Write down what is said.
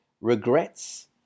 regrets